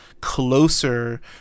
closer